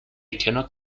cannot